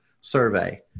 survey